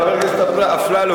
חבר הכנסת אפללו,